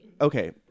okay